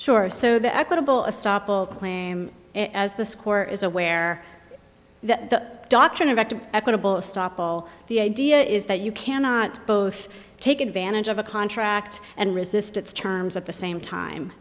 shore so the equitable a stoppel claim as the score is aware that the doctrine of active equitable stoppel the idea is that you cannot both take advantage of a contract and resist its terms at the same time